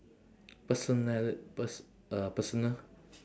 personal pers~ uh personal